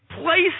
place